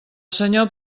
senyor